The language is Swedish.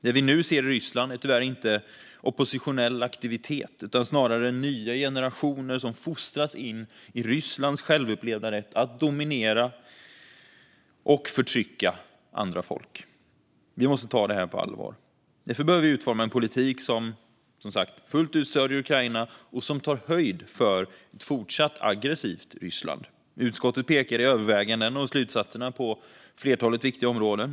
Det vi nu ser i Ryssland är tyvärr inte oppositionell aktivitet utan snarare nya generationer som fostras in i Rysslands självupplevda rätt att dominera och förtrycka andra folk. Vi måste ta det här på allvar. Därför behöver vi utforma en politik som fullt ut stöder Ukraina och som tar höjd för ett fortsatt aggressivt Ryssland. Utskottet pekar i övervägandena och slutsatserna på ett flertal viktiga områden.